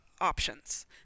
options